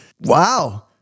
wow